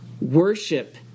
worship